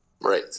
Right